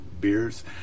beers